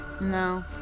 No